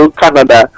canada